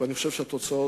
ואני חושב שהתוצאות